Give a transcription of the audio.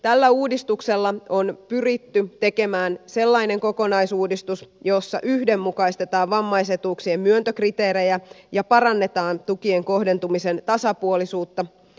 tällä uudistuksella on pyritty tekemään sellainen kokonaisuudistus jossa yhdenmukaistetaan vammaisetuuksien myöntökriteerejä ja parannetaan tukien kohdentumisen tasapuolisuutta